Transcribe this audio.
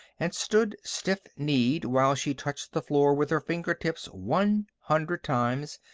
and stood stiff-kneed while she touched the floor with her finger tips one hundred times,